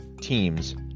teams